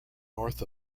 north